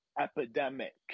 epidemic